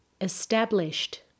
Established